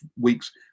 weeks